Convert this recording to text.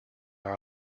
are